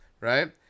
Right